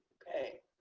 okay,